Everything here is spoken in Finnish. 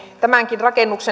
tämänkin